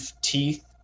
teeth